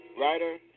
writer